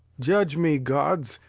judge me, gods,